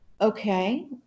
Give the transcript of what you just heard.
okay